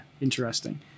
interesting